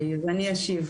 אני אשיב.